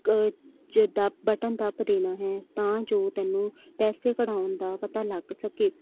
ਗ ਜਿੱਦਾਂ ਬਟਨ ਦੱਬ ਦੇਣਾ ਹੈ ਤਾਂ ਜੋ ਤੈਨੂੰ ਪੈਸੇ ਕਢਾਉਣ ਦਾ ਪਤਾ ਲੱਗ ਸਕੇ